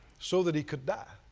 so that he could die.